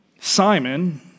Simon